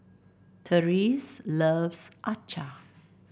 Therese loves acar